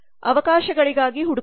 ಅವಕಾಶಗಳಿಗಾಗಿ ಹುಡುಕಾಟ